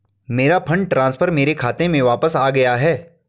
मेरा fund transfer मेरे खाते में वापस आ गया है